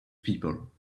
people